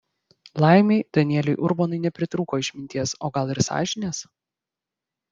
laimė danieliui urbonui nepritrūko išminties o gal ir sąžinės